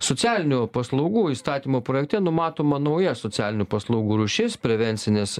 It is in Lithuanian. socialinių paslaugų įstatymo projekte numatoma nauja socialinių paslaugų rūšis prevencinės